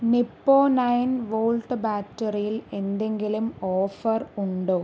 നിപ്പോ nine volt ബാറ്ററിയിൽ എന്തെങ്കിലും offer ഉണ്ടോ